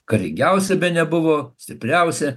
karingiausia bene buvo stipriausia